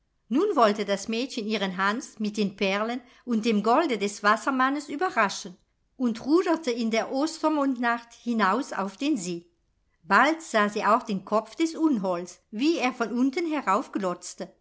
nun wollte das mädchen ihren hans mit den perlen und dem golde des wassermannes überraschen und ruderte in der ostermondnacht hinaus ans den see bald sah sie auch den kopf des unholds wie er von unten